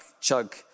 chug